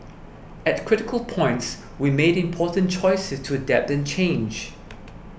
at critical points we made important choices to adapt and change